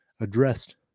addressed